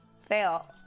Fail